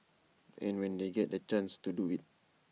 and when they get the chance to do IT